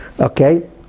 okay